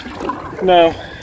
No